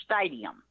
stadium